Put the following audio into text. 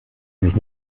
sich